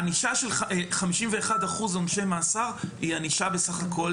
ענישה של 51% עונשי מאסר היא ענישה בסך הכול